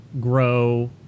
grow